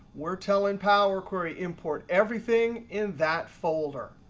we're telling power query import everything in that folder.